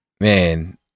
man